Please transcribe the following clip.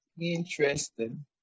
interesting